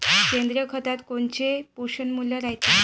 सेंद्रिय खतात कोनचे पोषनमूल्य रायते?